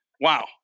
Wow